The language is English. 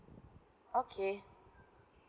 okay